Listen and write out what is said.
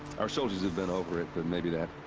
our soldiers have been over it, but maybe that.